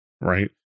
right